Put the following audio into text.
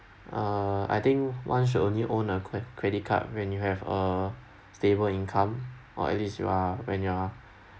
uh I think one should only own a cre~ credit card when you have a stable income or at least you are when you are